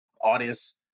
Audience